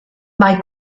mae